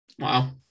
Wow